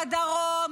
הדרום,